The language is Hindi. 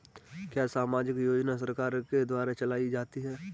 क्या सामाजिक योजना सरकार के द्वारा चलाई जाती है?